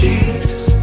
Jesus